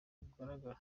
bugaragara